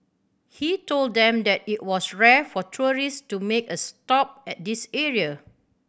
he told them that it was rare for tourist to make a stop at this area